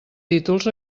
títols